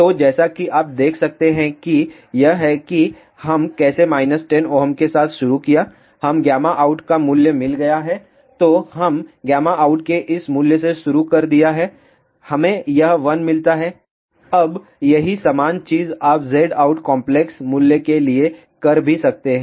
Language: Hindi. तो जैसा कि आप देख सकते हैं कि यह है कि हम कैसे 10 Ω के साथ शुरू किया हम outका मूल्य मिल गया है तो हम out के इस मूल्य से शुरू कर दिया है हमें यह 1 मिलता है अब यही सामान चीज आप Zout कॉम्प्लेक्स मूल्य के लिए कर भी सकते हैं